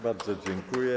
Bardzo dziękuję.